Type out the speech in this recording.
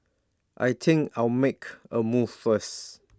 I think I'll make A move first